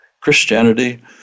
Christianity